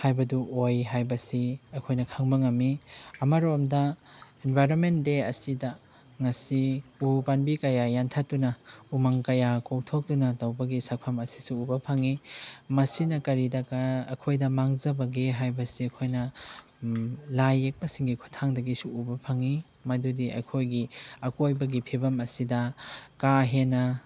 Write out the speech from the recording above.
ꯍꯥꯏꯕꯗꯨ ꯑꯣꯏ ꯍꯥꯏꯕꯁꯤ ꯑꯩꯈꯣꯏꯅ ꯈꯪꯕ ꯉꯝꯏ ꯑꯃꯔꯣꯝꯗ ꯏꯟꯕꯥꯏꯔꯣꯟꯃꯦꯟ ꯗꯦ ꯑꯁꯤꯗ ꯉꯁꯤ ꯎ ꯄꯥꯝꯕꯤ ꯀꯌꯥ ꯌꯥꯟꯊꯠꯇꯨꯅ ꯎꯃꯪ ꯀꯌꯥ ꯀꯣꯛꯊꯣꯛꯇꯨꯅ ꯇꯧꯕꯒꯤ ꯁꯛꯐꯝ ꯑꯁꯤꯁꯨ ꯎꯕ ꯐꯪꯏ ꯃꯁꯤꯅ ꯀꯔꯤꯗ ꯑꯩꯈꯣꯏꯗ ꯃꯥꯡꯖꯕꯒꯦ ꯍꯥꯏꯕꯁꯤ ꯑꯩꯈꯣꯏꯅ ꯂꯥꯏ ꯌꯦꯛꯄꯁꯤꯡꯒꯤ ꯈꯨꯠꯊꯥꯡꯗꯒꯤꯁꯨ ꯎꯕ ꯐꯪꯏ ꯃꯗꯨꯗꯤ ꯑꯩꯈꯣꯏꯒꯤ ꯑꯀꯣꯏꯕꯒꯤ ꯐꯤꯕꯝ ꯑꯁꯤꯗ ꯀꯥ ꯍꯦꯟꯅ